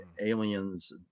Aliens